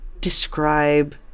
describe